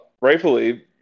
rightfully